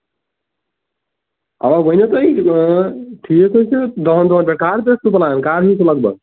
آ ؤنِو تۅہہِ ٹھیٖک ہَے چھُ دہن دۄہن پیٚٹھ کر بٲگۍ چھُ تۅہہِ لاگُن کر ہیٛوٗ چھُ لگ بھگ